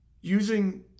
Using